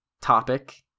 topic